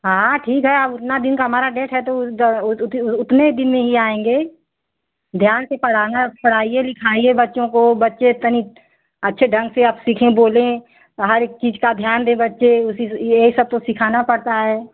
हाँ ठीक है अब उतना दिन का हमारा डेट है तो उत उतने दिन ही आएँगे ध्यान से पढ़ाना पढ़ाइए लिखाइए बच्चों को बच्चे तनिक अच्छे ढंग से अब सीखें बोलें हर एक चीज का ध्यान दें बच्चे उसी यही सब तो सिखाना पड़ता है